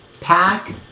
pack